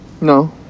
No